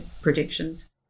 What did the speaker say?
predictions